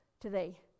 today